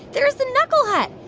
there's the knuckle hut.